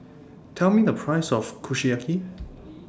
Tell Me The Price of Kushiyaki